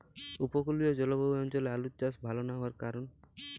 উপকূলীয় জলবায়ু অঞ্চলে আলুর চাষ ভাল না হওয়ার কারণ?